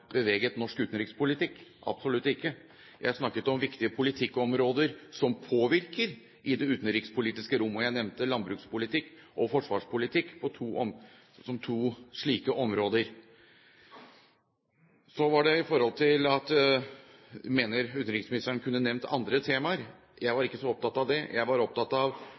beveget norsk utenrikspolitikk – absolutt ikke. Jeg snakket om viktige politikkområder som påvirker i det utenrikspolitiske rom, og jeg nevnte landbrukspolitikk og forsvarspolitikk som to slike områder. Så at utenriksministeren kunne nevnt andre temaer. Jeg var ikke så opptatt av det, jeg var opptatt av